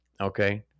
Okay